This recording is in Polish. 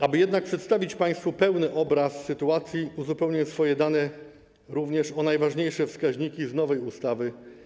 Aby jednak przedstawić państwu pełny obraz sytuacji, uzupełnię swoje dane również o najważniejsze wskaźniki z nowej ustawy.